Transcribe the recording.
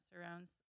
surrounds